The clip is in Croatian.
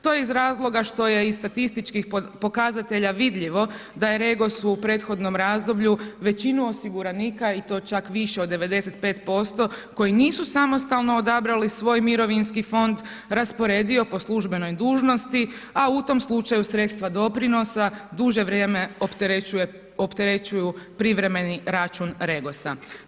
To je iz razloga što je iz statističkih pokazatelja vidljivo da je REGOS u prethodnom razdoblju većinu osiguranika i to čak više od 95% koji nisu samostalno odabrali svoj mirovinski fond, rasporedio po službenoj dužnosti a u tom slučaju sredstva doprinosa duže vrijeme opterećuju privremeni račun REGOS-a.